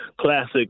classic